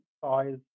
size